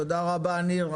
תודה רבה ניר.